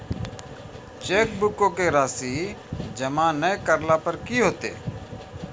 चेकबुको के राशि जमा नै करला पे कि होतै?